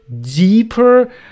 deeper